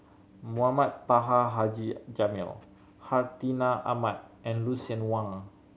Mohamed Taha Haji Jamil Hartinah Ahmad and Lucien Wang